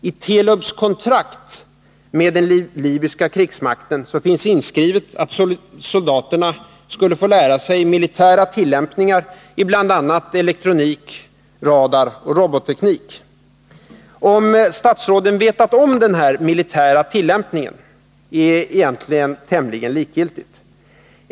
I Telubs kontrakt med den libyska krigsmakten finns inskrivet att soldaterna skulle få lära sig militära tillämpningar i bl.a. elektronik, radar och robotteknik. Om statsråden vetat om den militära tillämpningen eller inte är egentligen tämligen likgiltigt.